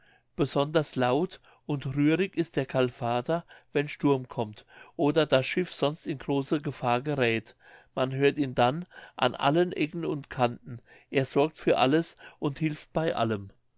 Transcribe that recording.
besonders laut und rührig ist der kalfater wenn sturm kommt oder das schiff sonst in große gefahr geräth man hört ihn dann an allen ecken und kanten er sorgt für alles und hilft bei allem